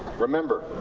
remember,